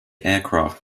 aircraft